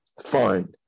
fine